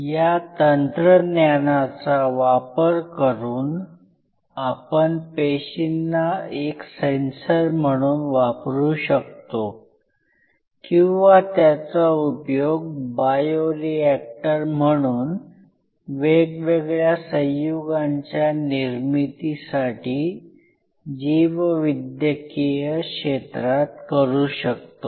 या तंत्रज्ञानाचा वापर करून आपण पेशींना एक सेन्सर म्हणून वापरू शकतो किंवा त्याचा उपयोग बायोरिएक्टर म्हणून वेगवेगळ्या संयुगांच्या निर्मितीसाठी जीववैद्यकीय क्षेत्रात करू शकतो